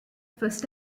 first